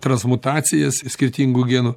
transmutacijas skirtingų genų